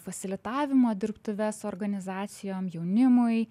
pasilitavimo dirbtuves organizacijom jaunimui